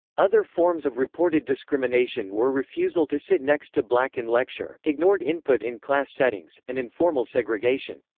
other forms of reported discrimination were refusal to sit next to black in lecture, ignored input in class settings, and informal segregation.